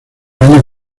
año